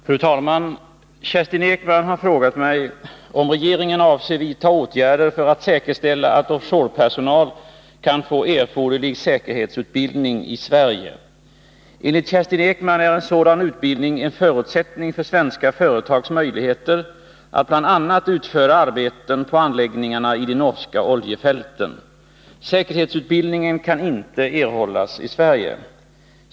Fru talman! Kerstin Ekman har frågat mig om regeringen avser vidta åtgärder för att säkerställa att offshore-personal kan få erforderlig säkerhetsutbildning i Sverige. Enligt Kerstin Ekman är en sådan utbildning en förutsättning för svenska företags möjligheter att bl.a. utföra arbeten på anläggningarna i de norska oljefälten. Säkerhetsutbildningen kan inte erhållas i Sverige.